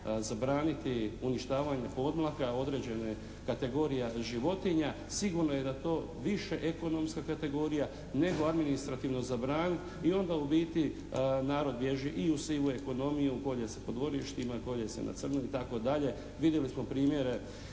zabraniti uništavanje podmlatka određene kategorija životinja. Sigurno je da je to više ekonomska kategorija nego administrativno zabraniti i onda u biti narod bježi i u sivu ekonomiju, kolje se po dvorištima, kolje se na crno itd. Vidjeli smo primjere